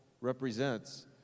represents